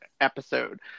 episode